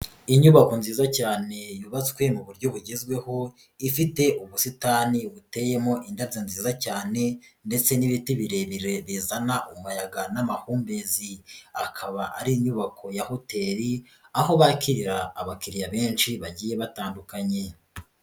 Inyubako nziza cyane yubatswe mu buryo bugezweho ifite ubusitani buteyemo indabyo nziza cyane ndetse n'ibiti birebire bizana umuyaga n'amahumbezi, akaba ari inyubako ya hoteli aho bakirira abakiriya benshi bagiye batandukanye.